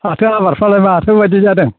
फाथो आबादफ्रालाय माथो बायदि जादों